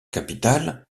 capitale